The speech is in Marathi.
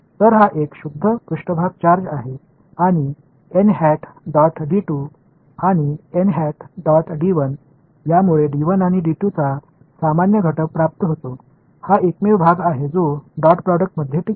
तर हा एक शुद्ध पृष्ठभाग चार्ज आहे आणि आणि यामुळे आणि चा सामान्य घटक प्राप्त होतो हा एकमेव भाग आहे जो डॉटप्रोडक्ट मध्ये टिकेल